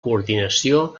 coordinació